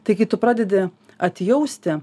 taigi tu pradedi atjausti